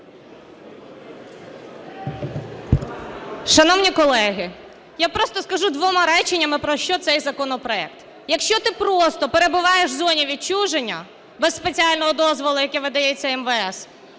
Шановні колеги, я просто скажу двома реченнями, про що цей законопроект. Якщо ти просто перебуваєш у зоні відчуження, без спеціального дозволу, який видається МВС,